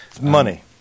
money